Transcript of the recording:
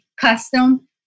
custom